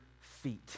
feet